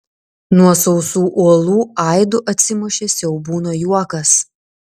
nuo sausų uolų aidu atsimušė siaubūno juokas